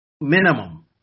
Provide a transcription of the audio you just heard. minimum